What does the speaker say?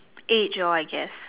age oh I guess